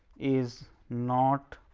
is not